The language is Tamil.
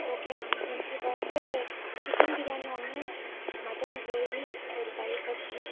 ஓகே மேம் எனக்கு இப்போ வந்து சிக்கன் பிரியாணி ஒன்று மட்டன் க்ரேவி ஒரு தயிர் பச்சடி